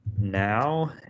now